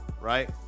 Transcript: right